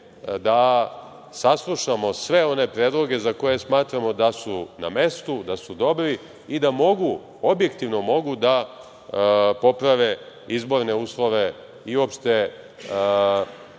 da saslušamo sve one predloge za koje smatramo da su na mestu, da su dobri i da mogu objektivno da poprave izborne uslove i uopšte